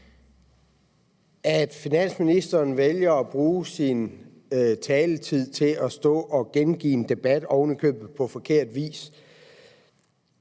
Finansministeren vælger at bruge sin taletid til at stå og gengive en debat – oven i købet på forkert vis.